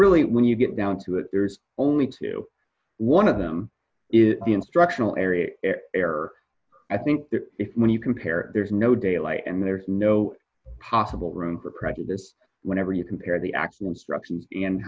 really when you get down to it there's only twenty one of them is the instructional area error i think when you compare there's no daylight and there's no possible room for prejudice whenever you compare the actual instructions and